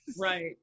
Right